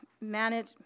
manage